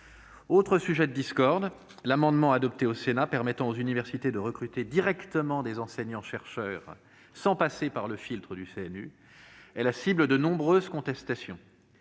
Autre sujet de discorde, l'amendement adopté par le Sénat permettant aux universités de recruter directement des enseignants-chercheurs sans passer par le filtre du CNU est la cible de nombreuses contestations.